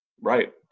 Right